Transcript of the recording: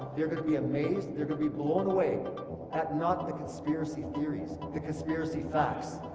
they're going to be amazed, they're going to be blown away at not the conspiracy theories, the conspiracy facts.